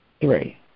Three